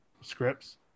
scripts